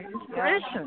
inspiration